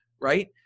right